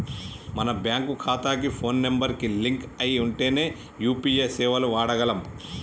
మన బ్యేంకు ఖాతాకి phone number కి లింక్ అయ్యి ఉంటేనే యూ.పీ.ఐ సేవలను వాడగలం